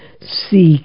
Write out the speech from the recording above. seek